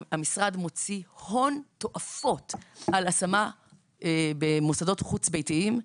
המשרד מוציא הון תופעות על השמה במוסדות חוץ ביתיים,